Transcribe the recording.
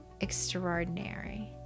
extraordinary